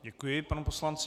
Děkuji panu poslanci.